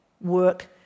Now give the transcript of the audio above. work